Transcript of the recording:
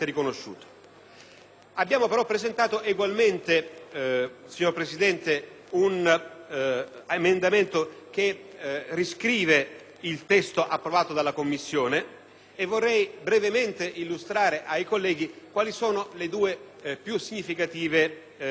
Abbiamo però presentato egualmente, signor Presidente, un emendamento, il 3.1, che riscrive il testo approvato dalla Commissione e vorrei brevemente illustrare ai colleghi quali sono le due più significative differenze.